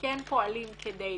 כן פועלים כדיי